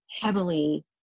heavily